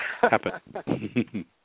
happen